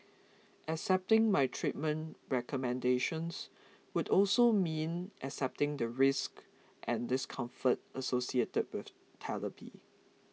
accepting my treatment recommendations would also mean accepting the risks and discomfort associated with therapy